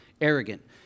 arrogant